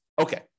Okay